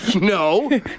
No